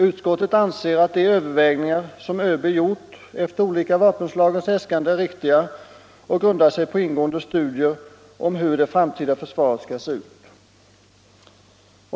Utskottet anser att de övervägningar som ÖB gjort efter de olika vapenslagens äskanden är riktiga, och de grundar sig på ingående studier om hur det framtida försvaret skall se ut.